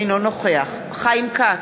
אינו נוכח חיים כץ,